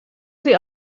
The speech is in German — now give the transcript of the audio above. sie